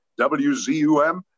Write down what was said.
WZUM